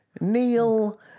Neil